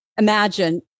imagine